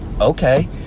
Okay